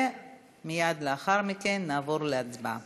ומייד לאחר מכן נעבור להצבעה.